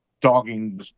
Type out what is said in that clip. dogging